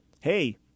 Hey